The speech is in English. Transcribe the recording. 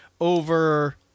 over